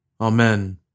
Amen